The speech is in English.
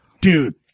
Dude